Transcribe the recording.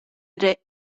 day